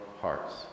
hearts